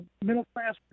middle-class